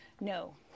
No